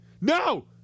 no